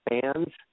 fans